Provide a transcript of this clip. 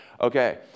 Okay